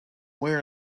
where